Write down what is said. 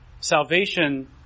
Salvation